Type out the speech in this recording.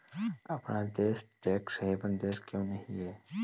अपना देश tax haven देश क्यों नहीं है?